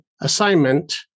assignment